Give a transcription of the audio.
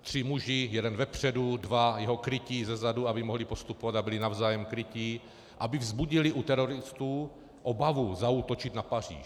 Tři muži, jeden vpředu, dva jeho krytí zezadu, aby mohli postupovat a byli navzájem kryti, aby vzbuzovali u teroristů obavu zaútočit na Paříž.